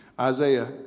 Isaiah